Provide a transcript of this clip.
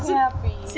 happy